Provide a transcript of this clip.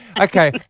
okay